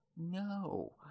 No